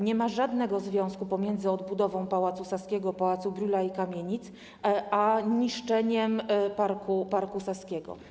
Nie ma żadnego związku pomiędzy odbudową Pałacu Saskiego, Pałacu Brühla i kamienic a niszczeniem parku saskiego.